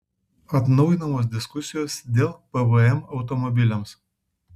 atnaujinamos diskusijos dėl pvm automobiliams